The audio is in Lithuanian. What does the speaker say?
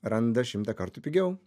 randa šimtą kartų pigiau